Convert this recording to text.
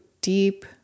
deep